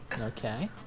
Okay